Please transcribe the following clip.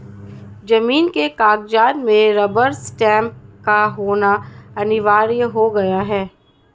जमीन के कागजात में रबर स्टैंप का होना अनिवार्य हो गया है